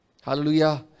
Hallelujah